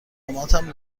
اقامتم